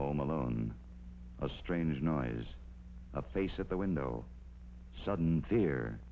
home alone a strange noise a place at the window sudden fear